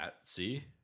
See